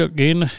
Again